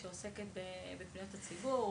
שעוסקת בפניות הציבור,